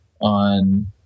on